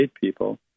people